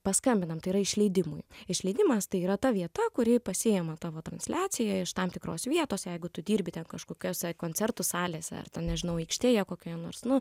paskambinam tai yra išleidimui išleidimas tai yra ta vieta kuri pasiima tavo transliaciją iš tam tikros vietos jeigu tu dirbi ten kažkokiose koncertų salėse ar nežinau aikštėje kokioje nors nu